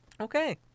Okay